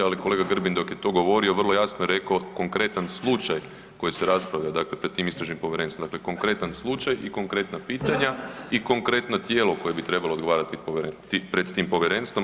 Ali kolega Grbin dok je to govorio vrlo jasno je rekao konkretan slučaj koji se raspravlja, dakle pred tim istražnim povjerenstvom, dakle konkretan slučaj i konkretna pitanja i konkretno tijelo koje bi trebalo odgovarati pred ovim povjerenstvom.